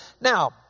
Now